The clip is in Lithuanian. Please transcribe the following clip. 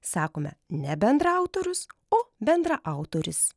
sakome ne bendraautorius o bendraautoris